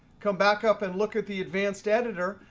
come back up and look at the advanced editor.